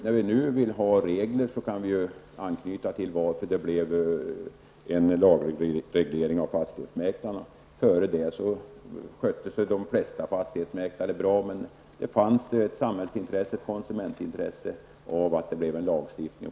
När vi nu vill ha dessa regler kan vi anknyta till varför det blev en lagreglering av fastighetsmäklarna. Före denna lagreglering skötte sig de flesta fastighetsmäklare bra, men det fanns ett samhällsintresse och ett konsumentintresse av att det blev en lagstiftning.